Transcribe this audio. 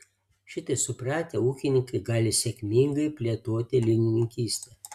šitai supratę ūkininkai gali sėkmingai plėtoti linininkystę